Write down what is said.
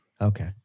Okay